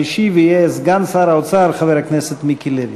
המשיב יהיה סגן שר האוצר חבר הכנסת מיקי לוי.